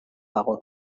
dago